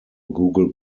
google